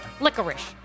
licorice